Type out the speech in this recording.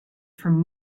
from